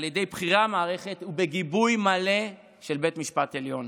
על ידי בכירי המערכת ובגיבוי מלא של בית המשפט העליון.